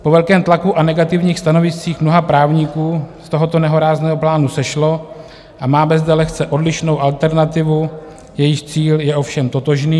Po velkém tlaku a negativních stanoviscích mnoha právníků z tohoto nehorázného plánu sešlo a máme zde lehce odlišnou alternativu, jejíž cíl je ovšem totožný.